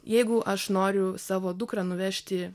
jeigu aš noriu savo dukrą nuvežti